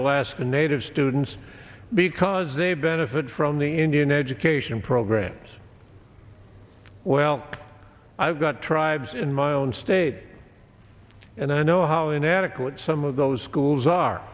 alaska native students because they benefit from the indian education programs well i've got tribes in my own state and i know how inadequate some of those schools are